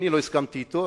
אני לא הסכמתי אתו,